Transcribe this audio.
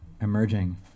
emerging